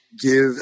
give